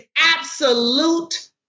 absolute